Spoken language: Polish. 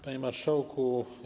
Panie Marszałku!